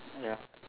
ya